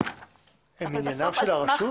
הם עניינה של הרשות?